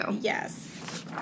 Yes